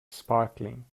sparkling